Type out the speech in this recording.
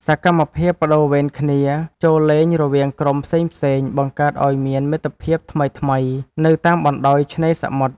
សកម្មភាពប្ដូរវេនគ្នាចូលលេងរវាងក្រុមផ្សេងៗ បង្កើតឱ្យមានមិត្តភាពថ្មីៗនៅតាមបណ្ដោយឆ្នេរសមុទ្រ។